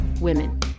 women